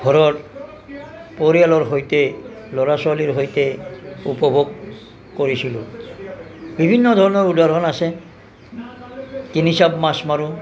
ঘৰত পৰিয়ালৰ সৈতে ল'ৰা ছোৱালীৰ সৈতে উপভোগ কৰিছিলোঁ বিভিন্ন ধৰণৰ উদাহৰণ আছে তিনি চাব মাছ মাৰোঁ